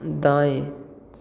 दाएँ